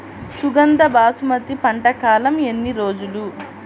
సుగంధ బాసుమతి పంట కాలం ఎన్ని రోజులు?